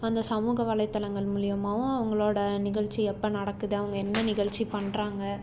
அந்த சமூக வலைத்தளங்கள் மூலியமாகவும் அவங்களோட நிகழ்ச்சி எப்போ நடக்குது அவங்க என்ன நிகழ்ச்சி பண்ணுறாங்க